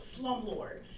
slumlord